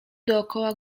dookoła